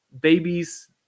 babies